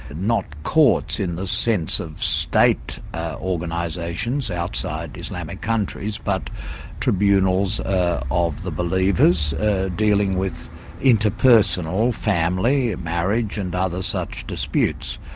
not courts in the sense of state organisations outside islamic countries, but tribunals of the believers dealing with interpersonal, family, marriage and other such disputes.